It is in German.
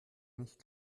nicht